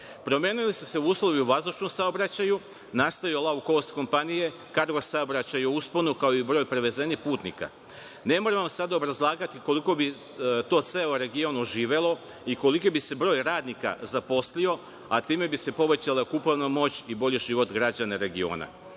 metara. Promenili su se uslovi u vazdušnom saobraćaju. Nastaju lou-kost kompanije, kargo saobraćaj je u usponu, kao i broj prevezenih putnika. Ne možemo sada obrazlagati koliko bi to ceo region oživelo i koliki bi se broj radnika zaposlio, a time bi se povećala kupovna moć i bolji život građana regiona. Inače,